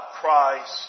Christ